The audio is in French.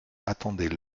attendaient